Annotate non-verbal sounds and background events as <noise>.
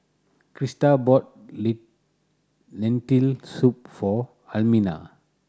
Christa bought <unintelligible> Lentil Soup for Almina